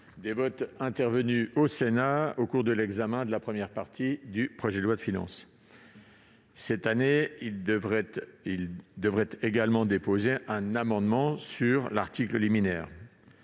des votes intervenus au Sénat au cours de l'examen de la première partie du projet de loi de finances. Cette année, il devrait également déposer un amendement sur l'article liminaire.